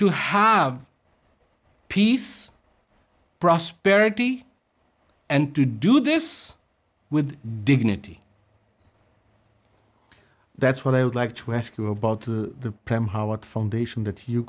to have peace prosperity and to do this with dignity that's what i would like to ask you about the